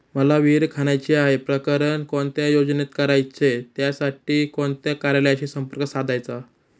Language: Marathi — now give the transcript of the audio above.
मला विहिर खणायची आहे, प्रकरण कोणत्या योजनेत करायचे त्यासाठी कोणत्या कार्यालयाशी संपर्क साधायचा?